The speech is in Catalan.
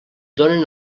donen